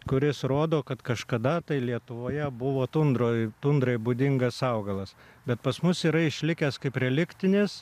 kuris rodo kad kažkada tai lietuvoje buvo tundroj tundrai būdingas augalas bet pas mus yra išlikęs kaip reliktinis